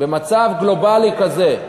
במצב גלובלי כזה,